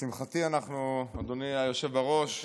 לשמחתי אנחנו, אדוני היושב בראש,